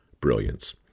brilliance